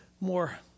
more